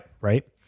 Right